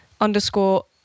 underscore